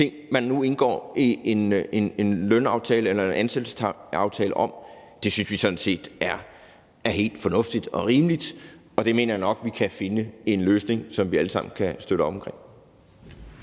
ting, man nu indgår en ansættelsesaftale om, synes vi sådan set er helt fornuftigt og rimeligt, og det mener jeg nok vi kan finde en løsning på, som vi alle sammen kan støtte op omkring.